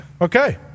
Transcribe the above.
Okay